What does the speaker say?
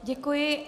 Děkuji.